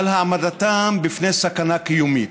על העמדתם בפני סכנה קיומית?